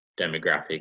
demographic